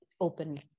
open